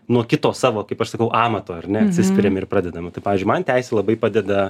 nuo kito savo kaip aš sakau amato ar ne atsispiriam ir pradedam tai pavyzdžiui man teisė labai padeda